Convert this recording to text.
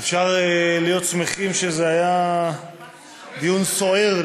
אפשר להיות שמחים שזה היה דיון סוער,